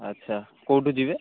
ଆଚ୍ଛା କେଉଁଠୁ ଯିବେ